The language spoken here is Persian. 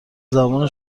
زبان